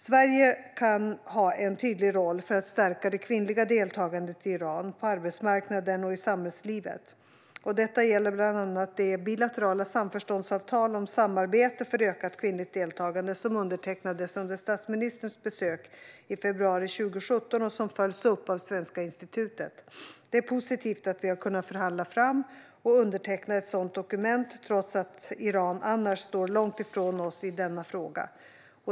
Sverige kan ha en tydlig roll för att stärka det kvinnliga deltagandet i Iran, på arbetsmarknaden och i samhällslivet. Detta gäller bland annat det bilaterala samförståndsavtal om samarbete för ökat kvinnligt deltagande som undertecknades under statsministerns besök i februari 2017 och som följs upp av Svenska institutet. Det är positivt att vi har kunnat förhandla fram och underteckna ett sådant dokument, trots att Iran annars står långt ifrån oss i denna fråga.